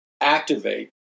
activate